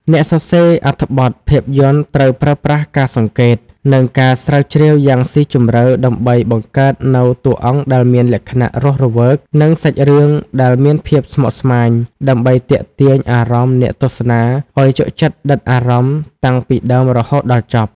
អ្នកសរសេរអត្ថបទភាពយន្តត្រូវប្រើប្រាស់ការសង្កេត និងការស្រាវជ្រាវយ៉ាងស៊ីជម្រៅដើម្បីបង្កើតនូវតួអង្គដែលមានលក្ខណៈរស់រវើក និងសាច់រឿងដែលមានភាពស្មុគស្មាញដើម្បីទាក់ទាញអារម្មណ៍អ្នកទស្សនាឱ្យជក់ចិត្តដិតអារម្មណ៍តាំងពីដើមរហូតដល់ចប់។